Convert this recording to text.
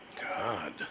God